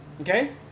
okay